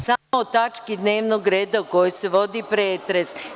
Član 106. – samo o tački dnevnog reda o kojoj se vodi pretres.